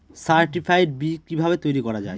Certified বি কিভাবে তৈরি করা যায়?